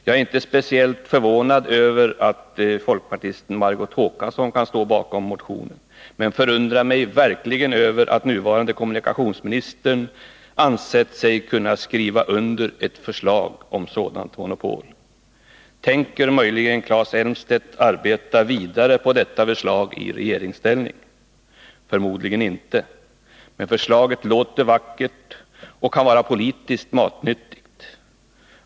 Jag är inte speciellt förvånad över att folkpartisten Margot Håkansson kan stå bakom motionen men jag förundrar mig verkligen över att den nuvarande kommunikationsministern har ansett sig kunna skriva under ett förslag om sådant monopol. Tänker möjligen Claes Elmstedt arbeta vidare på detta förslag i regeringsställning? Förmodligen inte, men förslaget låter vackert och kan vara politiskt matnyttigt.